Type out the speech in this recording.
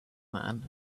man